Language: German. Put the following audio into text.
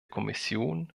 kommission